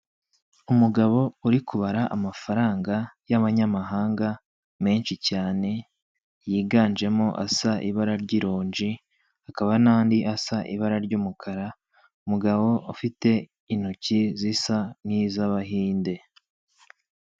Umugabo uri kubara amafaranga y'abanyamahanga menshi cyane, yiganjemo asa ibara ry'ironji hakaba n'andi asa ibara ry'umukara, umugabo ufite intoki zisa n'iz'abahinde.